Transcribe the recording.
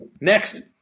Next